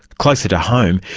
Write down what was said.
closer to home,